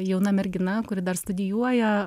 jauna mergina kuri dar studijuoja